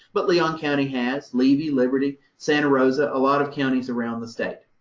but leon county has, levi, liberty, santa rosa, a lot of counties around the state.